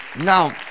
Now